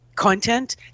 content